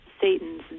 satan's